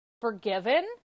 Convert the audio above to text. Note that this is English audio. forgiven